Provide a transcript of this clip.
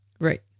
Right